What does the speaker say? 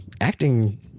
acting –